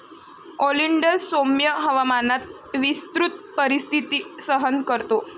oleander सौम्य हवामानात विस्तृत परिस्थिती सहन करतो